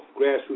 grassroots